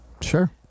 Sure